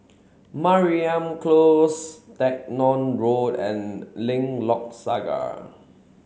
Mariam Close Stagmont Road and Lengkok Saga